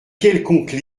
quelconque